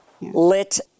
lit